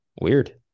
Weird